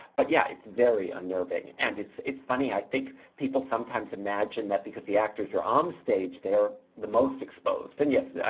but yeah, it's very unnerving. and it's it's funny. i think people sometimes imagine that because the actors are on stage, they're the most exposed, and yes, yeah